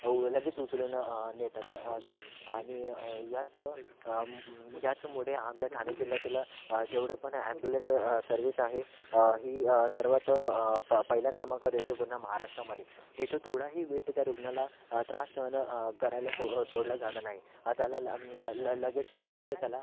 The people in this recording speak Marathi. लगेच उचलून नेतात असे आणि याच याचमुळे आमच्या ठाने जिल्यातील जेवढं पण ॲम्बुलन्स सर्विस आहे ही सर्वात पहिल्या क्रमांकावर येते पूर्ण महाराष्ट्रामध्ये इथे थोडाही वेट त्या रुग्णाला त्रास सहन करायला सो सोडला जात नाही आ त्याला ल लगेच्या लगेच त्याला